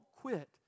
quit